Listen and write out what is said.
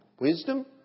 Wisdom